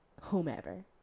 Whomever